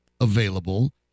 available